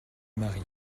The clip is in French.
marie